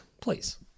Please